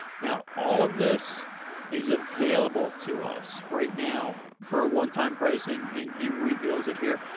now, all of this is available to us right now for a onetime price and and he reveals it here.